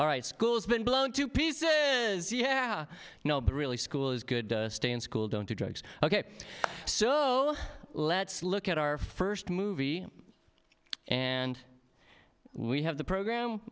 all right school's been blown to pieces yeah i know but really school is good stay in school don't do drugs ok so let's look at our first movie and we have the program